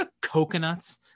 Coconuts